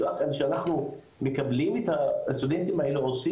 כשאנחנו מקבלים את הסטודנטים האלה אנחנו עושים